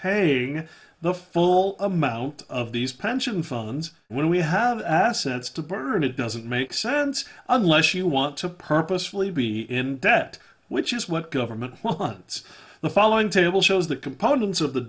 paying the full amount of these pension funds when we have assets to burn it doesn't make sense unless you want to purposefully be in debt which is what government loans the following table shows the components of the